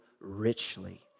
richly